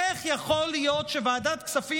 איך יכול להיות שוועדת הכספים,